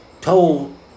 told